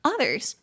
Others